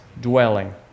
dwelling